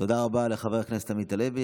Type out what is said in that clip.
תודה רבה לחבר הכנסת עמית הלוי.